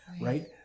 right